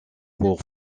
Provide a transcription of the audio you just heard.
pour